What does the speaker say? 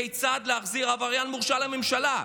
כיצד להחזיר עבריין מורשע לממשלה?